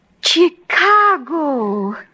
Chicago